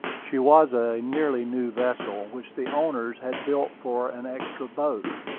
she was a nearly new vessel, which the owners had built for an extra boat,